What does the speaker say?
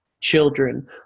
children